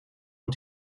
und